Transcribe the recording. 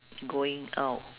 going out